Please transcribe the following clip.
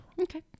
Okay